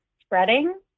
spreading